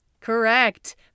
Correct